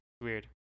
weird